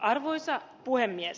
arvoisa puhemies